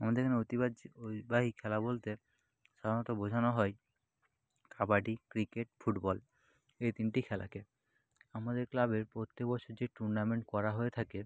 আমাদের এখানে ঐতিহ্যবাহী খেলা বলতে সাধারণত বোঝানো হয় কাবাডি ক্রিকেট ফুটবল এই তিনটি খেলাকে আমাদের ক্লাবের প্রত্যেক বছর যে টুর্নামেন্ট করা হয়ে থাকে